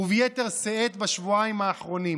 וביתר שאת בשבועיים האחרונים.